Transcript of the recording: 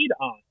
on